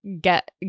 get